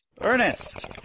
Ernest